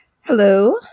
Hello